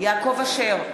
יעקב אשר,